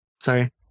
sorry